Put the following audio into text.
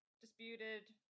disputed